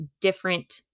different